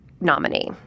nominee